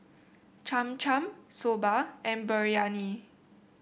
Cham Cham Soba and Biryani